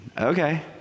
Okay